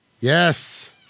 Yes